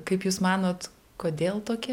kaip jūs manot kodėl tokie